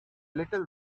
little